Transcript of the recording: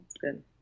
good